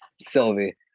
Sylvie